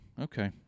Okay